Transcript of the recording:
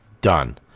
Done